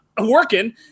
working